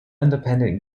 independent